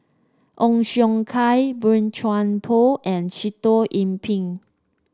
Ong Siong Kai Boey Chuan Poh and Sitoh Yih Pin